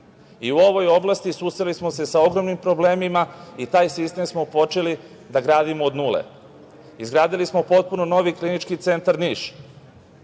U ovoj oblasti susreli smo se sa ogromnim problemima i taj sistem smo počeli da gradimo od nule. Izgradili smo potpuno novi Klinički centar Niš,